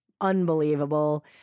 unbelievable